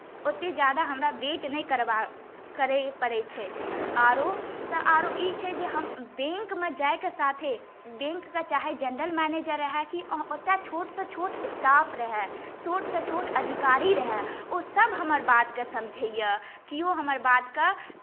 ओतेक ज्यादे हमरा वेट नहि करय पड़ैत छै आरो तऽ आरो ई छै जे हम बैंकमे जाएके साथे बैंकक चाहे जेनरल मैनेजर रहए कि ओतय छोटसँ छोट स्टाफ रहए छोटसँ छोट अधिकारी रहए ओसभ हमर बातके समझैए किओ हमर बातकेँ